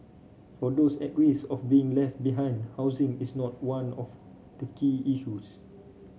for those at risk of being left behind housing is not one of the key issues